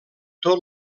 tot